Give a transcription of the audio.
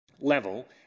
level